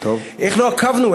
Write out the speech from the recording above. איך לא עקבנו?